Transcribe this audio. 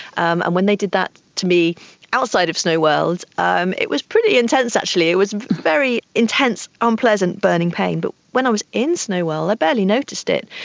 um and when they did that to me outside of snow world um it was pretty intense actually, it was a very intense unpleasant burning pain, but when i was in snow world i barely noticed it.